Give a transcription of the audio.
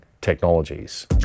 technologies